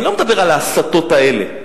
אני לא מדבר על ההסתות האלה,